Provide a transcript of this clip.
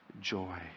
joy